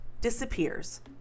disappears